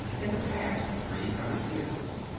in the past three hundred years.